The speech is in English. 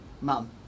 Mom